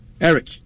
Eric